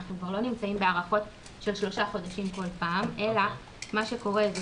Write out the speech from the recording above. אנחנו כבר לא נמצאים בהארכות של שלושה חודשים כל פעם אלא מה שקורה זה